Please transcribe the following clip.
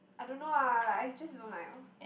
I don't know ah like I just dont like orh